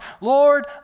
Lord